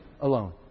alone